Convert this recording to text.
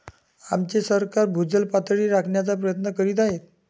आमचे सरकार भूजल पातळी राखण्याचा प्रयत्न करीत आहे